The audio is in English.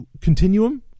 Continuum